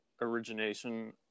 origination